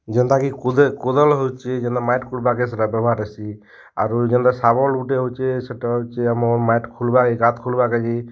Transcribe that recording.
ଯେନ୍ତା କି କୁଦେ କୁଦଳ୍ ହେଉଛେ ଯେନ୍ଟା ମାଏଟ୍ ଖୁଳ୍ବାର୍କେ ସେଟା ବେବ୍ହାର୍ ହେସି ଆରୁ ଯେନ୍ତା ଶାବଳ ଗୁଟେ ହେଉଛେ ସେଟା ହେଉଛେ ଆମର୍ ମାଏଟ୍ ଖୁଳ୍ବାକେ ଗାତ୍ ଖୁଳ୍ବା କାଯେ